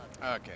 Okay